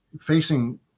facing